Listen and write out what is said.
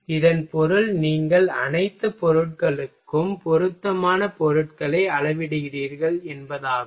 இதன் பொருள் நீங்கள் அனைத்து பொருட்களுக்கும் பொருத்தமான பொருட்களை அளவிடுகிறீர்கள் என்பதாகும்